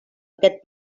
aquest